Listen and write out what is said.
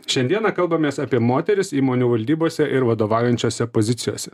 šiandieną kalbamės apie moteris įmonių valdybose ir vadovaujančiose pozicijose